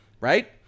right